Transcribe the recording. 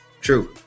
True